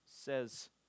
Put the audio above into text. says